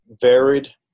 varied